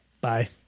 Bye